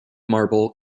marble